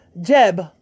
Jeb